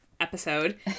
episode